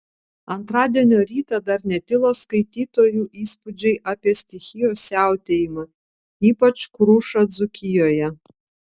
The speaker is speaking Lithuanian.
antradienio rytą dar netilo skaitytojų įspūdžiai apie stichijos siautėjimą ypač krušą dzūkijoje